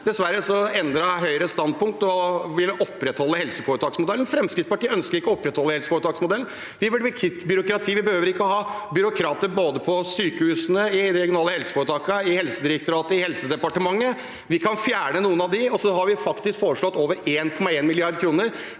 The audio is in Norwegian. Dessverre endret Høyre standpunkt og ville opprettholde helseforetaksmodellen. Fremskrittspartiet ønsker ikke å opprettholde helseforetaksmodellen. Vi vil bli kvitt byråkratiet. Vi behøver ikke å ha byråkrater både på sykehusene, i de regionale helseforetakene, i Helsedirektoratet og i Helse- og omsorgsdepartementet. Vi kan fjerne noen av dem, og vi har faktisk foreslått over 1,1 mrd. kr mer